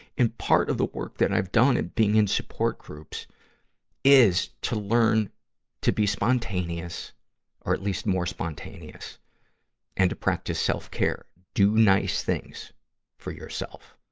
part of the work that i've done and being in support groups is to learn to be spontaneous or at least more spontaneous and to practice self-care. do nice things for yourself.